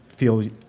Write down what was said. feel